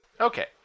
Okay